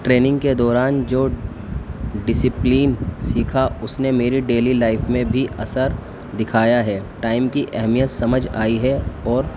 training کے دوران جو ڈسپلین سیکھا اس نے میری ڈیلی لائف میں بھی اثر دکھایا ہے ٹائم کی اہمیت سمجھ آئی ہے اور